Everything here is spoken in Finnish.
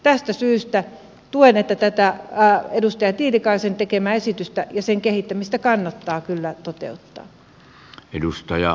tästä syystä tuen tätä edustaja tiilikaisen tekemää esitystä ja sen kehittämistä kannattaa kyllä toteuttaa